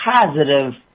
positive